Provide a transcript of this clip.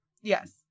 Yes